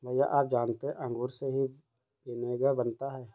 भैया आप जानते हैं अंगूर से ही विनेगर बनता है